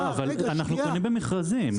אבל אנחנו קונים במכרזים.